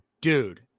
dude